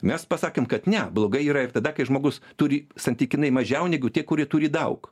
mes pasakėm kad ne blogai yra ir tada kai žmogus turi santykinai mažiau negu tie kurie turi daug